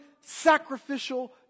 sacrificial